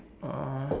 uh